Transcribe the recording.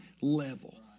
level